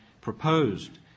proposed